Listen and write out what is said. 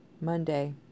Monday